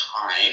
time